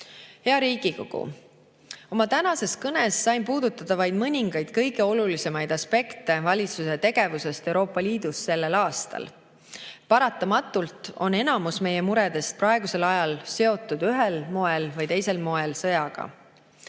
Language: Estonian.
Hea Riigikogu! Oma tänases kõnes sain puudutada vaid mõningaid kõige olulisemaid aspekte valitsuse tegevusest Euroopa Liidus sellel aastal. Paratamatult on enamik meie muredest praegusel ajal seotud ühel või teisel moel sõjaga.